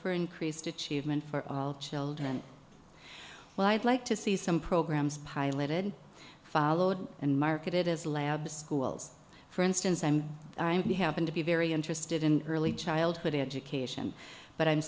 for increased achievement for all children well i'd like to see some programs piloted followed and marketed as lab schools for instance i'm to happen to be very interested in early childhood education but i'm